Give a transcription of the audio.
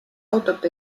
autot